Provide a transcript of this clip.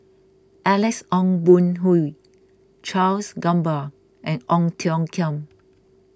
Alex Ong Boon Hau Charles Gamba and Ong Tiong Khiam